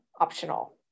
optional